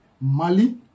Mali